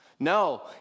No